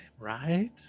right